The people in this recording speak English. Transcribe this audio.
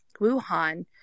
Wuhan